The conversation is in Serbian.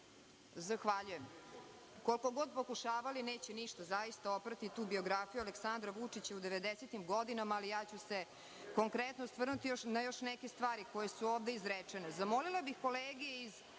Zahvaljujem. Koliko god pokušavali neće ništa, zaista, oprati tu biografiju Aleksandra Vučića u 90-im godinama, ali ja ću se konkretno osvrnuti na još neke stvari koje su ovde izrečene. Zamolila